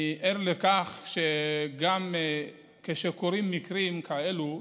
אני ער לכך שגם כשקורים מקרים כאלה,